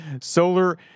solar